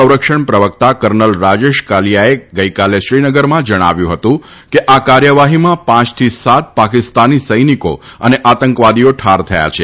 સંરક્ષણ પ્રવક્તા કર્નલ રાજેશ કાલીયાએ ગઇકાલે શ્રીનગરમાં જણાવ્યું હતું કે આ કાર્યવાહીમાં પાંચથી સાત પાકિસ્તાની સૈનિકો અને આતંકવાદીઓ ઠાર થયા છે